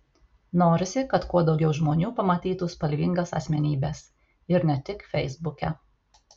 norisi kad kuo daugiau žmonių pamatytų spalvingas asmenybes ir ne tik feisbuke